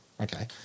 okay